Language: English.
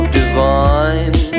divine